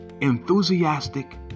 enthusiastic